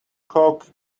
coke